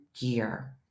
Gear